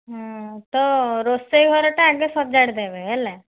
ତ ରୋଷେଇ ଘରଟା ଆଗେ ସଜାଡ଼ି ଦେବେ ହେଲା